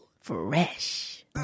fresh